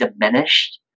diminished